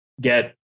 get